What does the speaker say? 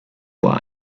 why